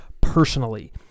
personally